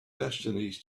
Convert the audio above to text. destinies